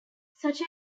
such